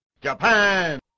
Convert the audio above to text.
Japan